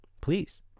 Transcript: please